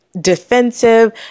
defensive